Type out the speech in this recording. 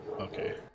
Okay